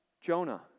Jonah